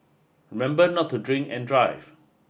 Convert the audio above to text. remember not to drink and drive